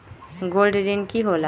Gold ऋण की होला?